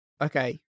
Okay